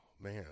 man